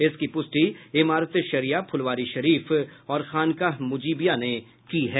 इसकी प्रष्टि ईमारत शरिया फुलवारीशरीफ और खानकाह मुजीबिया ने की है